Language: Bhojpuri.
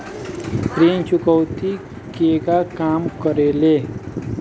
ऋण चुकौती केगा काम करेले?